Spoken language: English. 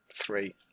three